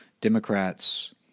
Democrats